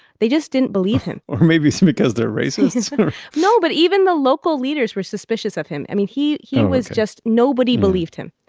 they just didn't believe him or maybe it's because they're racist no. but even the local leaders were suspicious of him. i mean, he he and was just, nobody believed him.